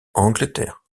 angleterre